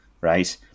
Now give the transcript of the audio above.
right